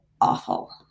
awful